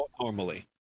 normally